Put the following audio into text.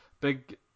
big